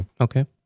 Okay